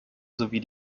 sowie